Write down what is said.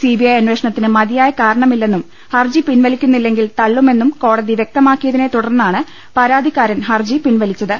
C B I അന്വേഷണത്തിന് മതിയായ കാരണമില്ലെന്നും ഹർജി പിൻവലിക്കുന്നില്ലെങ്കിൽ തളളുമെന്നും ക്യോടതി വൃക്തമാക്കിയതിനെ തുടർന്നാണ് പരാതിക്കാരൻ ഹർജി പിൻവലിച്ചത്